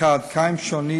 1. קיים שוני